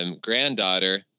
granddaughter